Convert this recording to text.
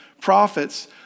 prophets